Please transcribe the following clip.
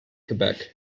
quebec